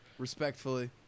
Respectfully